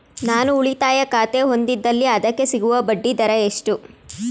ನಾನು ಉಳಿತಾಯ ಖಾತೆ ಹೊಂದಿದ್ದಲ್ಲಿ ಅದಕ್ಕೆ ಸಿಗುವ ಬಡ್ಡಿ ದರ ಎಷ್ಟು?